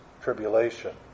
Tribulation